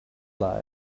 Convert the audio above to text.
life